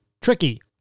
tricky